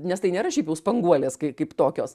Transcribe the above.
nes tai nėra šiaip jau spanguolės kai kaip tokios